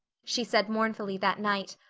she said mournfully that night.